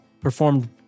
performed